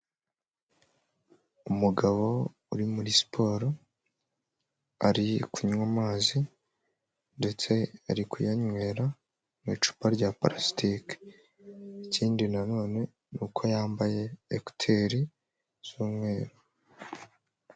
Umugabo uri muri siporo, ari kunywa amazi ndetse ari kuyanywera mu icupa rya parasitiki, ikindi nanone ni uko yambaye ekuteri z'umweru.